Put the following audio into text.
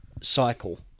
cycle